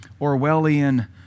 Orwellian